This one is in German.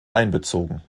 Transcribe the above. einbezogen